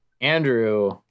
Andrew